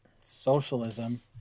socialism